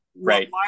right